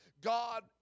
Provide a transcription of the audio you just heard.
God